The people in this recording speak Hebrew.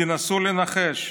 תנסו לנחש: